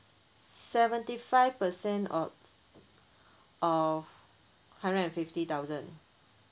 seventy five percent of of hundred and fifty thousand